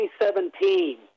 2017